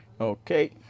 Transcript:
Okay